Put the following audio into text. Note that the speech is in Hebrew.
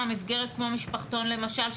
מסגרת כמו משפחתון למשל,